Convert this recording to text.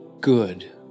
good